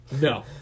No